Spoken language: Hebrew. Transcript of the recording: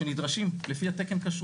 אנחנו נרשה לך לעשות את זה.